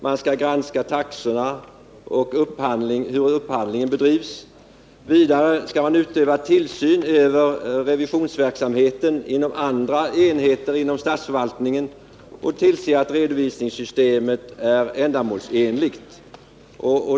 Man skall granska taxorna och hur upphandlingen bedrivs. Vidare skall man öva tillsyn över revisionsverksamheten inom andra enheter inom statsförvaltningen och tillse att redovisningssystemet är ändamålsenligt.